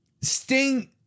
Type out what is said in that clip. Sting